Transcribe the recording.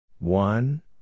One